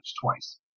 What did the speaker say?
twice